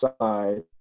side